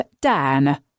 Dan